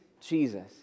Jesus